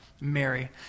Mary